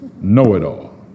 know-it-all